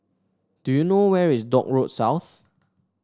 do you know where is Dock Road South